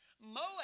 Moab